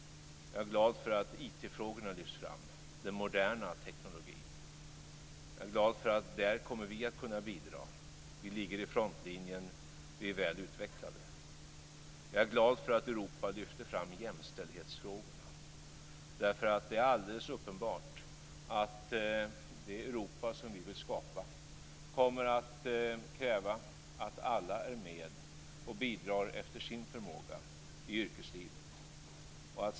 Jag är glad för att IT-frågorna lyfts fram, den moderna tekniken. Jag är glad för att där kommer vi att kunna bidra. Vi ligger i frontlinjen. Vi är väl utvecklade. Jag är glad för att Europa lyfter fram jämställdhetsfrågorna, därför att det är alldeles uppenbart att det Europa som vi vill skapa kommer att kräva att alla är med och bidrar efter sin förmåga i yrkeslivet.